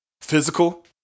physical